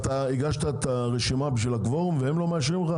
אתה הגשת את הרשימה בשביל הקוורום והם לא מאשרים לך?